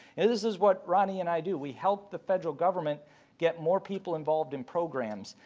and this is what ronnie and i do, we help the federal government get more people involved in programs.